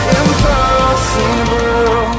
impossible